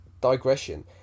digression